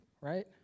right